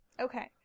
Okay